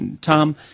Tom